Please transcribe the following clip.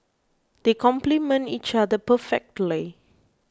they complement each other perfectly